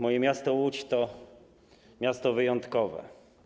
Moje miasto Łódź to miasto wyjątkowe.